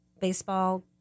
baseball